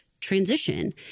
transition